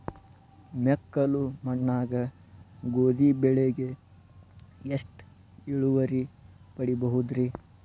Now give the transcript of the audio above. ಮೆಕ್ಕಲು ಮಣ್ಣಾಗ ಗೋಧಿ ಬೆಳಿಗೆ ಎಷ್ಟ ಇಳುವರಿ ಪಡಿಬಹುದ್ರಿ?